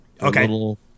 Okay